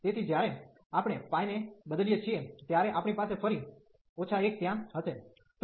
તેથી જ્યારે આપણે π ને બદલીએ છીએ ત્યારે આપણી પાસે ફરી 1 ત્યાં હશે